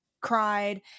cried